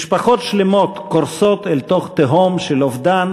משפחות שלמות קורסות אל תהום של אובדן